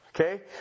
okay